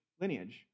lineage